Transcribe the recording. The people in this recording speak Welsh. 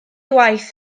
waith